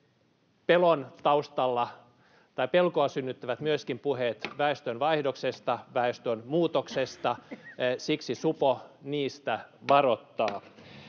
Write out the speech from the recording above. Pelkoa synnyttävät myöskin puheet väestönvaihdoksesta, väestönmuutoksesta. Siksi supo niistä varoittaa.